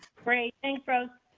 great thanks.